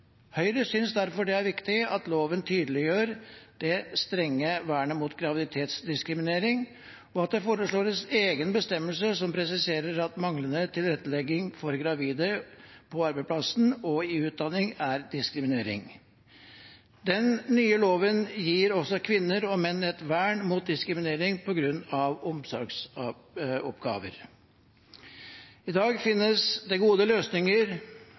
Høyre synes derfor det er viktig at loven tydeliggjør det strenge vernet mot graviditetsdiskriminering, og at det foreslås en egen bestemmelse som presiserer at manglende tilrettelegging for gravide på arbeidsplassen og i utdanning er diskriminering. Den nye loven gir også kvinner og menn et vern mot diskriminering på grunn av omsorgsoppgaver. I dag finnes det gode løsninger